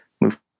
move